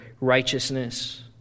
righteousness